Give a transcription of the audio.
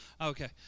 Okay